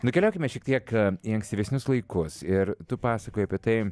nukeliaukime šiek tiek į ankstyvesnius laikus ir tu pasakojai apie tai